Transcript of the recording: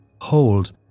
hold